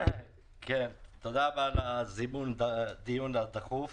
תודה רבה על הזימון לדיון הדחוף.